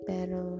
Pero